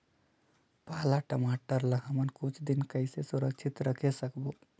पाला टमाटर ला हमन कुछ दिन कइसे सुरक्षित रखे सकबो?